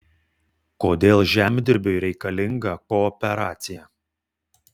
kodėl žemdirbiui reikalinga kooperacija